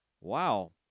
wow